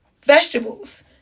Vegetables